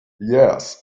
yes